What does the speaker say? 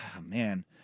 Man